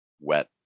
wet